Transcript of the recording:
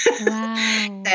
Wow